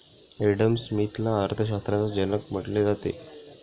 Adam स्मिथला अर्थशास्त्राचा जनक म्हटले जाते